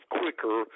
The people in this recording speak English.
quicker